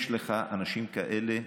יש לך אנשים כאלה?